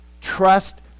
Trust